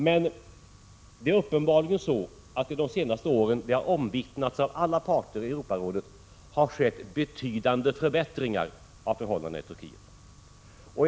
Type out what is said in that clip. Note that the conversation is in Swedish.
Men det har uppenbarligen under de senaste åren — det har omvittnats av alla parter i Europarådet — inträtt en betydande förbättring av förhållandena i Turkiet.